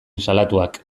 salatuak